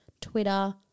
Twitter